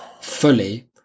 fully